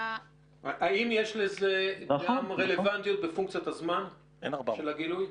ה --- האם יש לזה גם רלבנטיות בפונקציית הזמן של הגילוי?